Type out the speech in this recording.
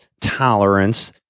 tolerance